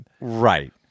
Right